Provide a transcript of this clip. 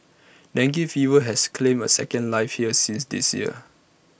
dengue fever has claimed A second life here this this year